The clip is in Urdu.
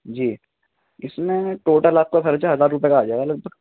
جی اس میں ٹوٹل آپ کا خرچہ ہزار روپئے کا آ جائے گا لگ بھگ